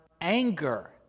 anger